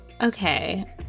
okay